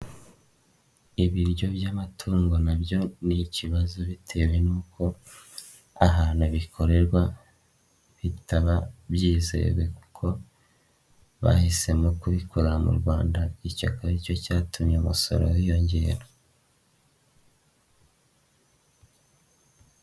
Ibiryo by'amatungo nabyo ni ikibazo, bitewe nuko ahantu bikorerwa bitaba byizewe, kuko bahisemo kubikorera mu Rwanda icyo akaba aricyo cyatumye imisoro yiyongera.